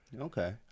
Okay